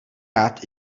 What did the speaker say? rád